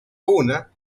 una